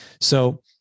So-